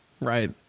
Right